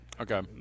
Okay